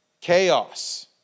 Chaos